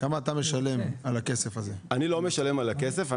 אני לא משלם על הכסף.